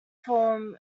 form